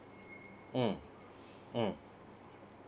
mm mm